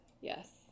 Yes